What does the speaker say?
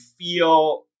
feel